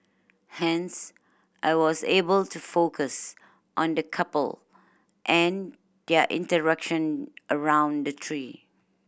hence I was able to focus on the couple and their interaction around the tree